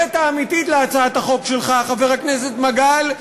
הכותרת האמיתית של הצעת החוק שלך, חבר הכנסת מגל,